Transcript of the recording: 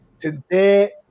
Today